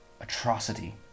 atrocity